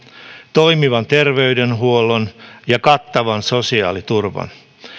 toimivan terveydenhuollon ja kattavan sosiaaliturvan